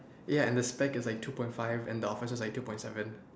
ya and the spec is like two point five and the officer is like two point seven